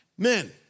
Men